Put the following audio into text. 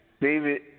David